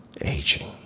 aging